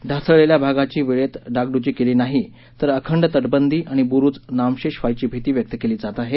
ढासळलेल्या भागाची वेळेत डागडुजी केली नाही तर अखंड तटबंदी आणि बुरूज नामशेष व्हायची भिती व्यक्त केली जात आहे